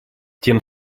тем